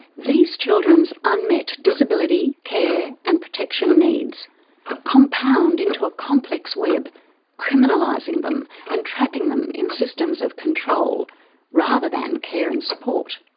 these children's unmet disability, care and protection needs compound into a complex web criminalizing criminalizing them and trapping them in systems of control rather than care and support.